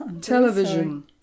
television